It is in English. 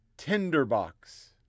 tinderbox